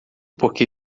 porque